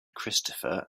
christopher